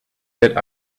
that